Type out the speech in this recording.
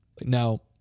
Now